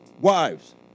Wives